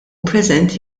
preżenti